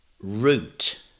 Root